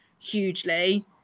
hugely